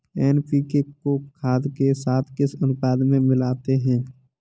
NPK को खाद के साथ किस अनुपात में मिलाते हैं?